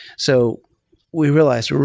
so we realized,